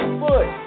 foot